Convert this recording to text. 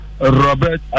Robert